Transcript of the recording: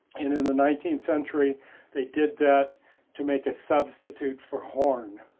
in in the nineteenth century they did that to make a substitute for horn